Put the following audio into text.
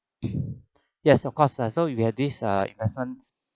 yes of course uh so if you have this err investment